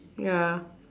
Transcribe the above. ya